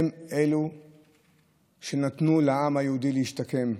הן שאפשרו לעם היהודי להשתקם.